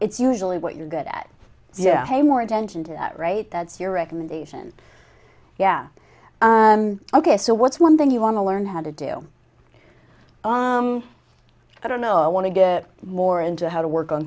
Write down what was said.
it's usually what you're good at yeah hey more attention to that right that's your recommendation yeah ok so what's one thing you want to learn how to do i don't know i want to get more into how to work on